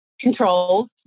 controls